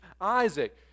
Isaac